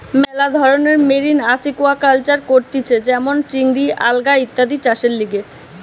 মেলা ধরণের marine aquaculture করতিছে যেমন চিংড়ি, আলগা ইত্যাদি চাষের লিগে